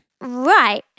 Right